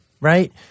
Right